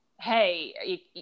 hey